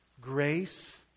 grace